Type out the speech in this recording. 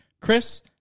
Chris